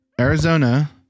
Arizona